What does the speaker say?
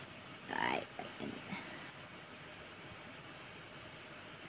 right happen ah